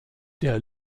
der